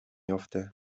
افته